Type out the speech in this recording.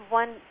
one